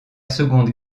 seconde